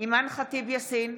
אימאן ח'טיב יאסין,